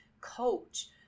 coach